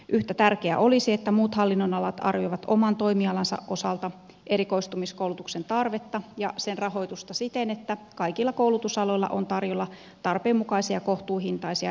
yhtä tärkeää olisi että muut hallinnonalat arvioivat oman toimialansa osalta erikoistumiskoulutuksen tarvetta ja sen rahoitusta siten että kaikilla koulutusaloilla on tarjolla tarpeen mukaisia kohtuuhintaisia erikoistumiskoulutuksia